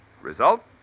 Result